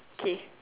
okay